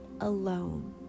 alone